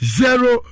zero